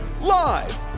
Live